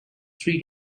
three